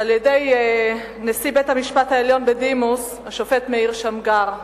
על-ידי נשיא בית-המשפט העליון בדימוס השופט מאיר שמגר.